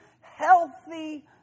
healthy